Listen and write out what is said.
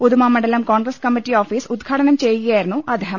ഉദുമ മണ്ഡലം Congress committee office ഉദ്ഘാടനം ചെയ്യുകയായിരുന്നു അദ്ദേഹം